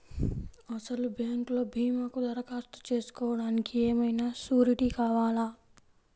అసలు బ్యాంక్లో భీమాకు దరఖాస్తు చేసుకోవడానికి ఏమయినా సూరీటీ కావాలా?